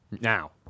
Now